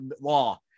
law